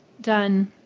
done